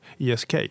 ESK